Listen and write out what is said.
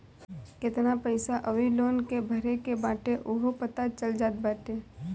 केतना पईसा अउरी लोन के भरे के बाटे उहो पता चल जात बाटे